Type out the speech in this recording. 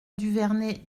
duvernet